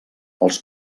els